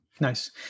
Nice